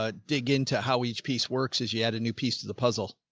ah dig into how each piece works as you add a new piece of the puzzle.